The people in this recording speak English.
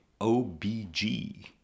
OBG